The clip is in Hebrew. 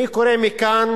אני קורא מכאן